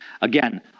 Again